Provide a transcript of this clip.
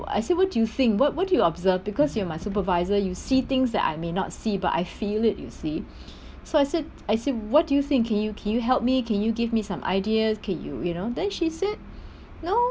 I said what do you think what what do you observe because you are my supervisor you see things that I may not see but I feel it you see so I said I said what do you think can you can you help me can you give me some ideas can you you know then she said no